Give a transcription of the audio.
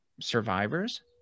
survivors